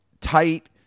tight